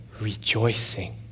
rejoicing